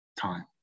time